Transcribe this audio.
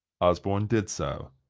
osborne did so.